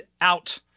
out